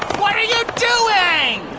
what are you doing?